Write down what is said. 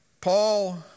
Paul